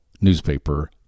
newspaper